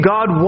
God